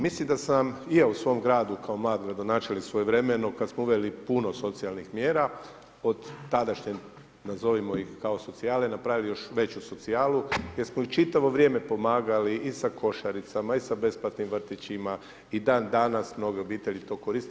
Mislim da sam i ja u svom gradu kao mladi gradonačelnik svojevremeno kada smo uveli puno socijalnih mjesta od tadašnje nazovimo ih kao socijalne napravio još veću socijalu jer smo ih čitavo vrijeme pomagali i sa košaricama, i sa besplatnim vrtićima, i dan danas mnoge obitelji to koriste.